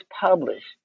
published